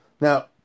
Now